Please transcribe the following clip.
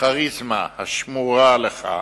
בכריזמה השמורה לך,